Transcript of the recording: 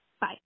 Bye